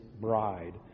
bride